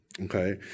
Okay